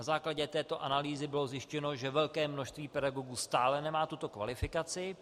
Na základě této analýzy bylo zjištěno, že velké množství pedagogů stále nemá tuto kvalifikaci.